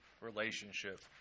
relationship